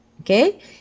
Okay